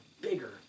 bigger